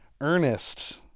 Ernest